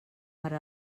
per